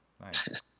Nice